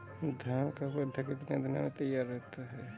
धान का पौधा कितने दिनों में तैयार होता है?